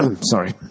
Sorry